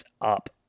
up